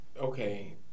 Okay